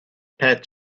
pat